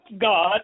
God